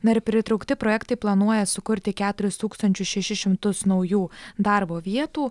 na ir pritraukti projektai planuoja sukurti keturis tūkstančius šešis šimtus naujų darbo vietų